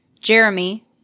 Jeremy